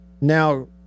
now